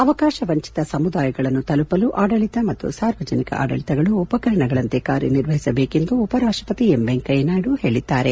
ಅವಕಾಶ ವಂಚಿತ ಸಮುದಾಯಗಳನ್ನು ತಲುಪಲು ಆಡಳತ ಮತ್ತು ಸಾರ್ವಜನಿಕ ಆಡಳಿತಗಳು ಉಪಕರಣಗಳಂತೆ ಕಾರ್ಯ ನಿರ್ವಹಿಸಬೇಕೆಂದು ಉಪ ರಾಷ್ಷಪತಿ ಎಂ ವೆಂಕಯ್ಣನಾಯ್ಡು ಹೇಳದ್ದಾರೆ